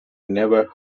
heard